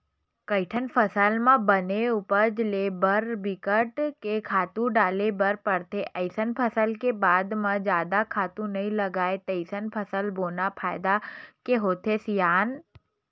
कइठन फसल म बने उपज ले बर बिकट के खातू डारे बर परथे अइसन फसल के बाद म जादा खातू नइ लागय तइसन फसल बोना फायदा के होथे सियान